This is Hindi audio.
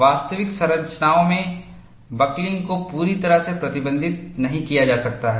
वास्तविक संरचनाओं में बकलिंग को पूरी तरह से प्रतिबंधित नहीं किया जा सकता है